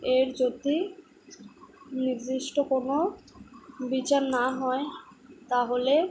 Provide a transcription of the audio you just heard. এর যদি নির্দিষ্ট কোনো বিচার না হয় তাহলে